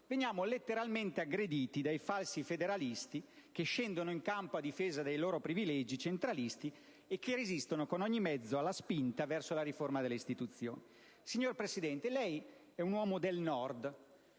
veniamo letteralmente aggrediti dai falsi federalisti, che scendono in campo a difesa dei loro privilegi centralisti e che resistono con ogni mezzo alla spinta verso la riforma delle nostre istituzioni. Signor Presidente, lei è un uomo del Nord